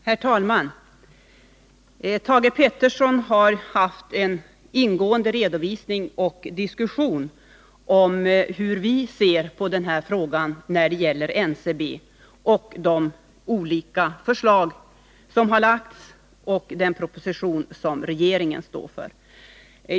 Herr talman! Thage Peterson har genomfört en ingående redovisning av och diskussion om hur vi ser på frågan om NCB, de olika förslag som har lagts fram och den proposition som regeringen står för.